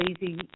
easy